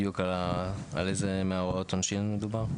בדיוק על איזה מהוראות העונשין מדובר?